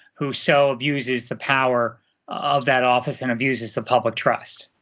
who so abuses the power of that office and abuses the public trust.